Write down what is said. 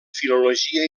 filologia